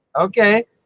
Okay